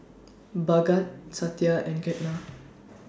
Bhagat Satya and Ketna